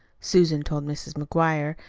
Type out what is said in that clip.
susan told mrs. mcguire,